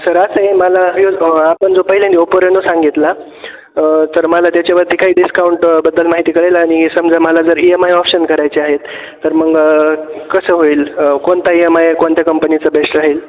sir असं आहे मला यो आपण जो पहिल्यांदा ओप्पो रेनो सांगितला तर मला त्याच्यावरती काही डिस्काउंटबद्दल माहिती कळेल आणि समजा मला जर ई एम आय ऑप्शन करायचे आहेत तर मग कसं होईल कोणता ई एम आय कोणत्या कंपनीचं बेस्ट राहील